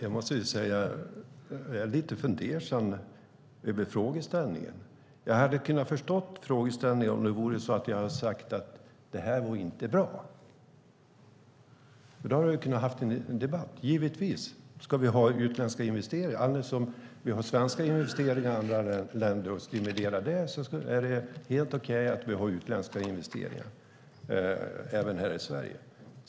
Herr talman! Jag är lite fundersam över frågan. Jag hade förstått den om jag hade sagt att det inte var bra. Då hade vi kunnat ha en debatt. Givetvis ska vi ha utländska investeringar. Precis som vi har svenska investeringar i andra länder och stimulerar det är det helt okej att vi har utländska investeringar här i Sverige.